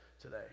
today